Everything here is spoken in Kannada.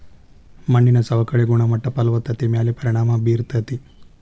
ಮಣ್ಣಿನ ಸವಕಳಿ ಗುಣಮಟ್ಟ ಫಲವತ್ತತೆ ಮ್ಯಾಲ ಪರಿಣಾಮಾ ಬೇರತತಿ